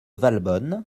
valbonne